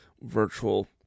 virtual